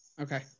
okay